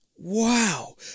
Wow